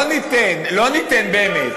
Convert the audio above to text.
לא ניתן באמת,